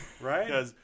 Right